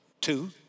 two